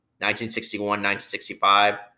1961-1965